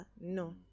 No